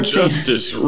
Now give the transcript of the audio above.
justice